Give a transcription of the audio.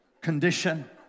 condition